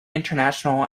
international